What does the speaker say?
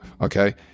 okay